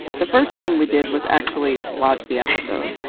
the first thing we did was actually watch the episode.